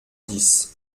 dix